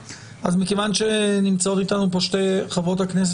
מכיוון שנמצאות איתנו פה שתי חברות הכנסת,